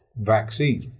vaccine